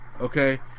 Okay